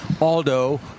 Aldo